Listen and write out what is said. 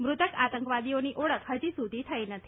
મૃત આતંકવાદીઓની ઓળખ હજુ સુધી થઈ નથી